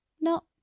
Not